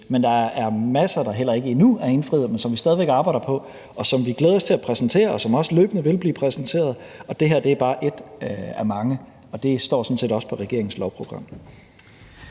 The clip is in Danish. Men der er masser, der heller ikke endnu er indfriet, og som vi stadig væk arbejder på, og som vi glæder os til at præsentere, og som også løbende vil blive præsenteret, og det her er bare et af mange, og det står sådan set også på regeringens lovprogram.